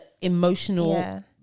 emotional